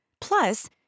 Plus